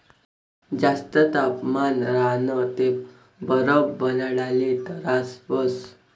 जास्त तापमान राह्यनं ते बरफ बनाडाले तरास व्हस